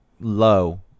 low